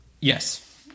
Yes